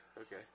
Okay